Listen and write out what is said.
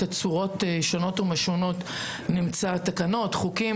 בתצורות שונות ומשונות של תקנות או חוקים,